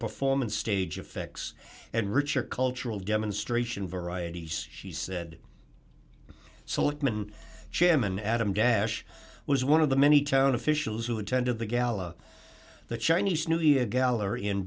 performance stage effects and richer cultural demonstration varieties she said selectman chairman adam dash was one of the many town officials who attended the gala the chinese new year gallery